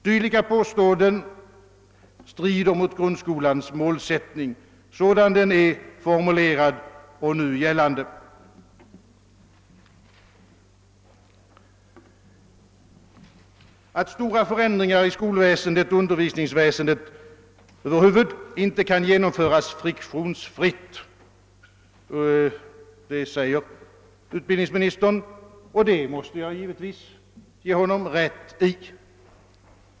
Dylika påståenden strider mot grundskolans målsättning sådan den är formulerad och nu gällande. Utbildningsministern säger att stora förändringar i skolväsendet och un dervisningsväsendet över huvud taget inte kan genomföras friktionsfritt. Det måste jag givetvis ge honom rätt i.